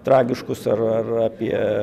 tragiškus ar ar apie